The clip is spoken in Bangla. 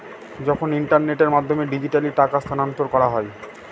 যখন ইন্টারনেটের মাধ্যমে ডিজিট্যালি টাকা স্থানান্তর করা হয়